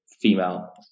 female